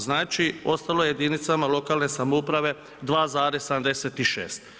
Znači ostalo je jedinicama lokalne samouprave 2,76.